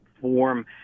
form